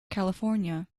california